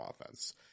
offense